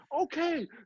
okay